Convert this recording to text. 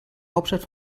hauptstadt